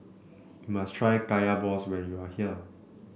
you must try Kaya Balls when you are here